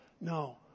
No